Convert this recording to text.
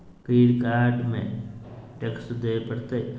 Credit card में टेक्सो देवे परते?